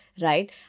right